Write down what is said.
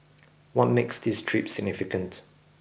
what makes this trip significant